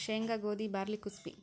ಸೇಂಗಾ, ಗೋದಿ, ಬಾರ್ಲಿ ಕುಸಿಬಿ